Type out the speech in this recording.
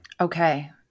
Okay